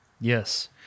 Yes